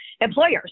employers